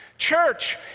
Church